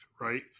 right